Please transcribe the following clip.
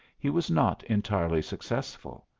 he was not entirely successful.